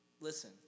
listen